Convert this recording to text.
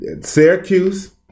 Syracuse